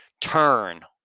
Turn